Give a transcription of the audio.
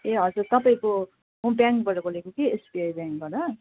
ए हजुर तपाईँको म ब्याङ्कबाट बोलेको कि एसबिआई ब्याङ्कबाट